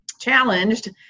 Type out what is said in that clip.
challenged